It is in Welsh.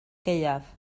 gaeaf